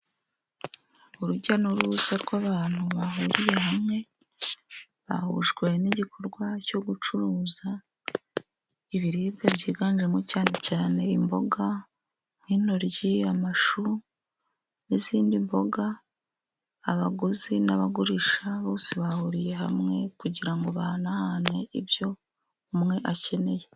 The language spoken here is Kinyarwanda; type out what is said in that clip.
Urujya n'uruza rw'abantu bahuriye hamwe bahujwe n'igikorwa cyo gucuruza ibiribwa byiganjemo cyane cyane imboga nk'intoryi, amashu n'izindi mboga. Abaguzi n'abagurisha bose bahuriye hamwe kugirango bahanahane ibyo umwe akeneye.